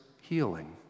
healing